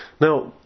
Now